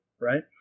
Right